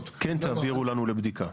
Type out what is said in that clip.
כן תעבירו לנו לבדיקה.